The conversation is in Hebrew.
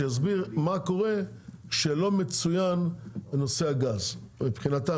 שיסביר מה קורה שלא מצוין נושא הגז מבחינתם